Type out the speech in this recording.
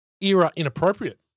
era-inappropriate